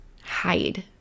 hide